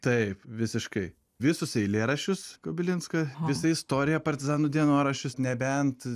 taip visiškai visus eilėraščius kubilinską visą istoriją partizanų dienoraščius nebent